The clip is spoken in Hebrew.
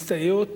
מסתייעות